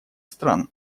стран